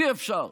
אי-אפשר.